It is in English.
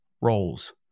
roles